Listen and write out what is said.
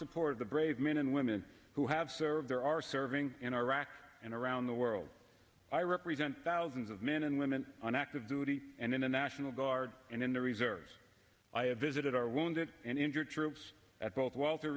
support of the brave men and women who have served there are serving in iraq and around the world i represent thousands of men and women on active duty and in the national guard and in the reserves i have visited our wounded and injured troops at both walt